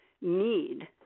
need